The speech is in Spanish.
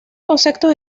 conceptos